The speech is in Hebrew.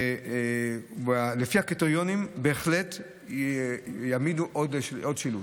ולפי הקריטריונים, בהחלט יעמידו עוד שילוט.